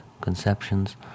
conceptions